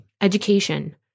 education